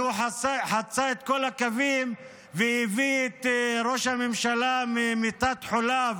חצה את כל הקווים והביא את ראש הממשלה ממיטת חוליו